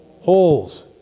holes